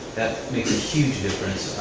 that makes a huge difference.